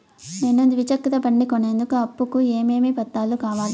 నేను ద్విచక్ర బండి కొనేందుకు అప్పు కు ఏమేమి పత్రాలు కావాలి?